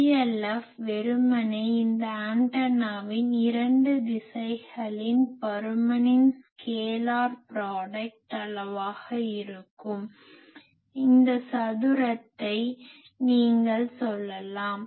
PLF வெறுமனே இந்த ஆண்டனாவின் 2 திசைகளின் பருமனின் ஸ்கேலார் ப்ராடக்ட் scalar product புள்ளி பெருக்கம் அளவாக இருக்கும் இந்த சதுரத்தை நீங்கள் சொல்லலாம்